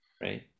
Right